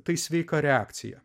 tai sveika reakcija